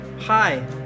Hi